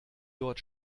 dort